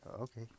okay